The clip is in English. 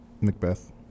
Macbeth